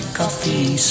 coffee